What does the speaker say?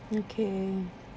okay